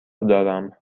دارم